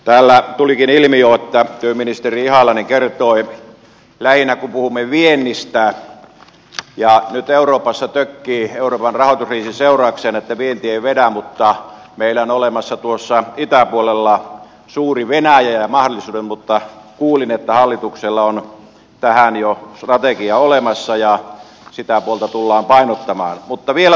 täällä tulikin ilmi jo ottaa työministeri halonen kertoi lähinnä puhumme viennistä ja nyt euroopassa tökkii euroopan rahoituskriisin seurauksena vienti vetää mutta meillä on olemassa tuossa itäpuolella suuri venäjää vaan sitä mutta kuulin että hallituksella on päähän jo strategia olemassa ja sitä puolta tullaan päivittämään mutta vielä